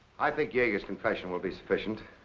i think yager's confession will be sufficient.